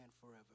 forever